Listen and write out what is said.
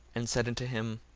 and said unto him,